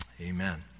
Amen